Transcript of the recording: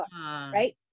right